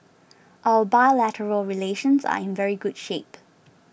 our bilateral relations are in very good shape